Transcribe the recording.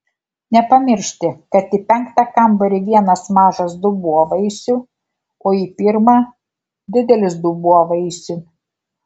nepamiršti kad į penktą kambarį vienas mažas dubuo vaisių o į pirmą didelis dubuo vaisių